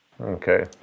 Okay